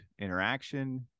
interaction